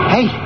Hey